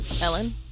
Ellen